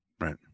Right